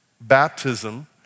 baptism